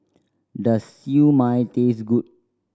does Siew Mai taste good